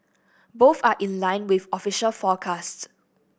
both are in line with official forecasts